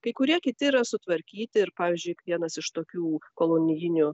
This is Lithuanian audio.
kai kurie kiti yra sutvarkyti ir pavyzdžiui vienas iš tokių kolonijinių